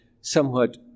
somewhat